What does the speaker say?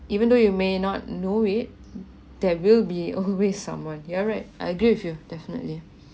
even though you may not know it there will be always someone you're right I agree with you definitely